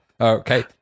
Okay